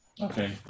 Okay